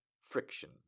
friction